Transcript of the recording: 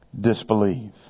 disbelieve